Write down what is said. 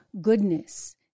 goodness